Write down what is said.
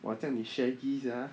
哇这样你 shaggy sia